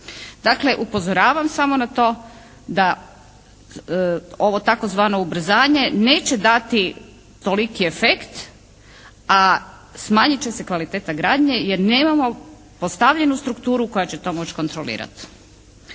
Dakle, upozoravam samo na to da ovo tzv. ubrzanje neće dati toliki efekt, a smanjit će se kvaliteta gradnje jer nemamo postavljenu strukturu koja će to moći kontrolirat.